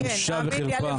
בושה וחרפה.